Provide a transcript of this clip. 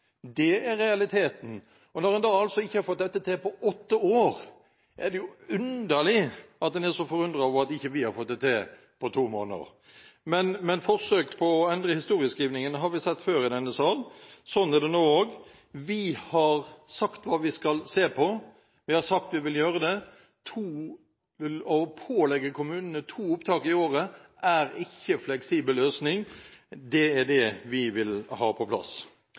når en da altså ikke har fått til dette på åtte år, er det jo underlig at en er så forundret over at ikke vi har fått det til på to måneder! Men forsøk på å endre historieskrivningen har vi sett før i denne sal, og slik er det nå også. Vi har sagt hva vi skal se på, vi har sagt vi vil gjøre det, og å pålegge kommunene to opptak i året er ikke en fleksibel løsning. Det er det vi vil ha på plass.